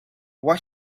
what